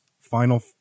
final